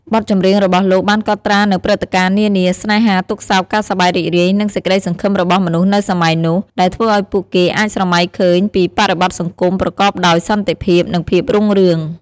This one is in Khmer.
បទចម្រៀងរបស់លោកបានកត់ត្រានូវព្រឹត្តិការណ៍នានា ស្នេហា ទុក្ខសោក ការសប្បាយរីករាយ និងសេចក្ដីសង្ឃឹមរបស់មនុស្សនៅសម័យនោះ ដែលធ្វើឲ្យពួកគេអាចស្រមៃឃើញពីបរិបទសង្គមប្រកបដោយសន្តិភាព និងភាពរុងរឿង។